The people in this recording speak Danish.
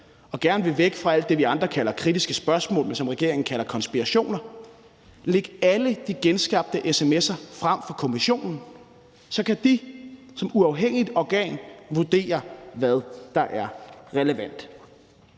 og gerne vil væk fra alt det, vi andre kalder kritiske spørgsmål, men som regeringen kalder konspirationsteorier, så læg alle de genskabte sms’er frem for kommissionen. Så kan de som uafhængigt organ vurdere, hvad der er relevant.